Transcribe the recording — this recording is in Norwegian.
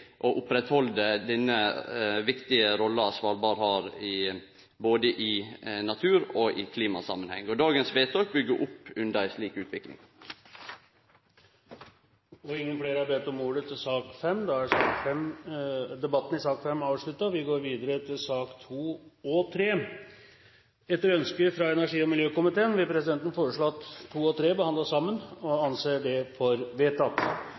og held oppe, denne viktige rolla Svalbard har i både natur- og klimasamanheng. Dagens vedtak byggjer opp under ei slik utvikling. Flere har ikke bedt om ordet til sak nr. 5. Vi går videre til sakene nr. 2 og 3. Etter ønske fra energi- og miljøkomiteen vil presidenten foreslå at sakene nr. 2 og 3 behandles under ett, og anser det for vedtatt.